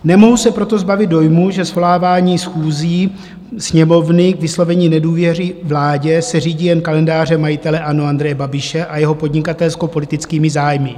Nemohu se proto zbavit dojmu, že svolávání schůzí Sněmovny k vyslovení nedůvěry vládě se řídí jen kalendářem majitele ANO Andreje Babiše a jeho podnikatelskopolitickými zájmy.